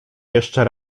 jeszcze